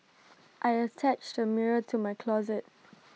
I attached A mirror to my closet